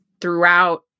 throughout